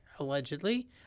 allegedly